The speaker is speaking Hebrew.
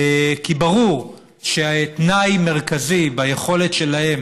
כי ברור שתנאי מרכזי ביכולת שלהם